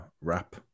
wrap